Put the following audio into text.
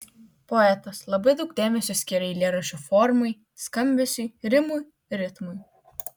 poetas labai daug dėmesio skiria eilėraščio formai skambesiui rimui ritmui